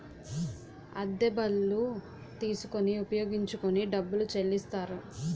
అద్దె బళ్ళు తీసుకొని ఉపయోగించుకొని డబ్బులు చెల్లిస్తారు